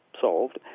solved